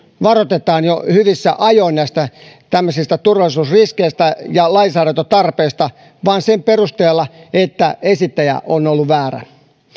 varoitetaan jo hyvissä ajoin tämmöisistä turvallisuusriskeistä ja lainsäädäntötarpeista vain sen perusteella että esittäjä on ollut väärä